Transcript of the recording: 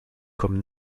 comme